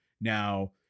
Now